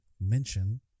Mention